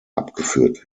abgeführt